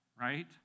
right